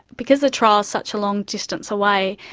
because the trial's such a long distance away,